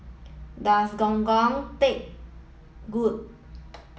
does Gong Gong taste good